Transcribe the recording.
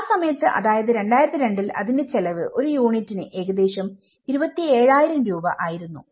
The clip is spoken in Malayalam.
ആ സമയത്ത് അതായത് 2002 ൽ അതിന്റെ ചെലവ് ഒരു യൂണിറ്റിന് ഏകദേശം 27000 രൂപ ആയിരുന്നു